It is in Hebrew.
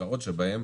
בקרקעות שבהן